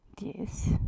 yes